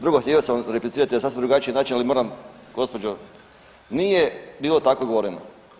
Drugo, htio sam replicirati na sasvim drugačiji način, ali moram, gospođo, nije bilo tako govoreno.